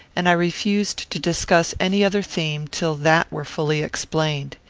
and i refused to discuss any other theme till that were fully explained.